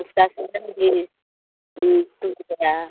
उसका सियन भी टूट गया